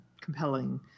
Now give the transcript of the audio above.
compelling